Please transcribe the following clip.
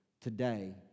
today